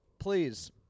Please